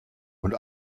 und